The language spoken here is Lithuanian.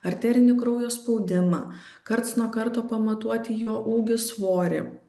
arterinį kraujo spaudimą karts nuo karto pamatuoti jo ūgį svorį